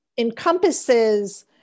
Encompasses